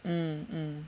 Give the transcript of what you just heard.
mm mm